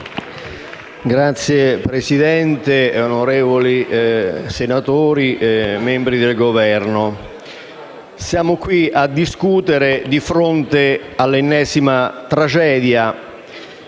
Signor Presidente, onorevoli senatori, membri del Governo, siamo qui a discutere di fronte all'ennesima tragedia